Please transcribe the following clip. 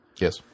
Yes